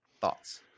Thoughts